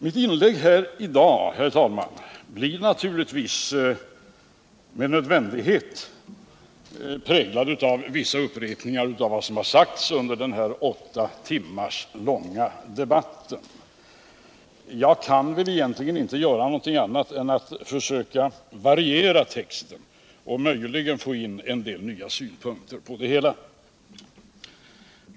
Mitt inlägg i dag, herr talman, blir naturligtvis med nödvändighet präglat av vissa upprepningar av vad som har sagts under den här åtta timmar långa debatten. Jag kan egentligen inte göra annat än att försöka variera texten och möjligen få in en del nya synpunkter på det hela.